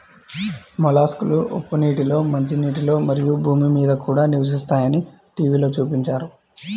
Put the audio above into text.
మొలస్క్లు ఉప్పు నీటిలో, మంచినీటిలో, మరియు భూమి మీద కూడా నివసిస్తాయని టీవిలో చూపించారు